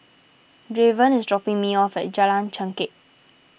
Draven is dropping me off at Jalan Chengkek